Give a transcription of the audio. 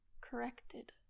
corrected